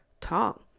talk